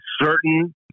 certain